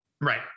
Right